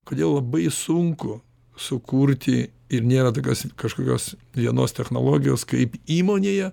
kodėl labai sunku sukurti ir nėra tokios kažkokios vienos technologijos kaip įmonėje